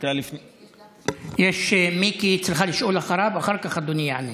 יש מיקי, צריכה לשאול לפניו, ואחר כך אדוני יענה.